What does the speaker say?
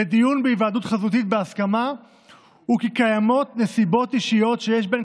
לדיון בהיוועדות חזותית בהסכמה הוא כי קיימות נסיבות אישיות שיש בהן